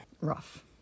rough